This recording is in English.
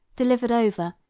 delivered over,